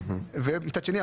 ומצד שני,